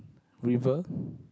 river